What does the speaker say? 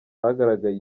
hagaragaye